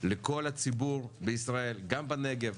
לכל הציבור בישראל גם בנגב,